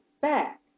back